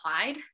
applied